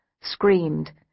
screamed